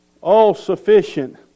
all-sufficient